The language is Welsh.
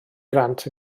grant